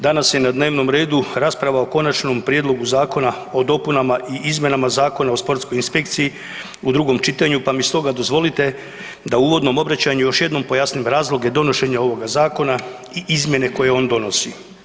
Danas je na dnevnom redu rasprava o Konačnom prijedlogu zakona o dopunama i izmjenama Zakona o sportskoj inspekciji u drugom čitanju, pa mi stoga dozvolite da u uvodnom obraćanju još jednom pojasnim razloge donošenja ovoga zakona i izmjene koje on donosi.